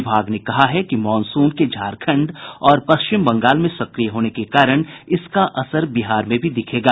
विभाग ने कहा है कि मॉनसून के झारखंड और पश्चिम बंगाल में सक्रिय होने के कारण इसका असर बिहार में भी दिखेगा